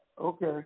Okay